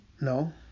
No